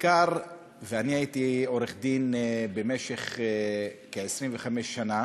אני הייתי עורך-דין במשך כ-25 שנה,